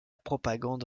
propagande